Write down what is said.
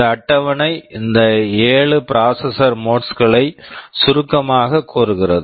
இந்த அட்டவணை இந்த 7 ப்ராசஸர் மோட்ஸ் processor modes களை சுருக்கமாகக் கூறுகிறது